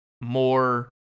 more